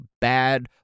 bad